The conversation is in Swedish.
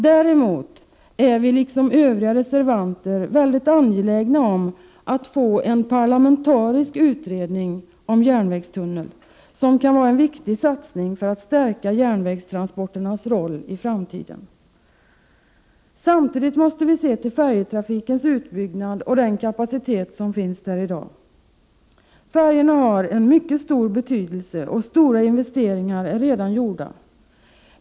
Däremot är vi, liksom Övriga reservanter, angelägna om att få en parlamentarisk utredning om en järnvägstunnel, som kan vara en viktig satsning för att stärka järnvägstransporternas roll i framtiden. Samtidigt måste vi se till färjetrafikens utbyggnad och till den kapacitet som finns i dag. Färjorna har en mycket stor betydelse, och stora investeringar är redan gjorda.